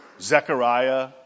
Zechariah